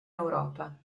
europa